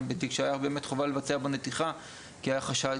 בתיק שהייתה באמת חובה לבצע בו נתיחה כי היה חשד,